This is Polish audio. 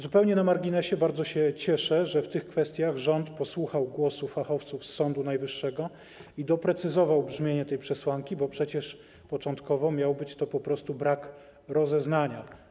Zupełnie na marginesie bardzo się cieszę, że w tych kwestiach rząd posłuchał głosu fachowców z Sądu Najwyższego i doprecyzował brzmienie tej przesłanki, bo przecież początkowo miał być to brak rozeznania.